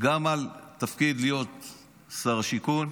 גם על התפקיד להיות שר השיכון,